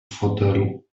fotelu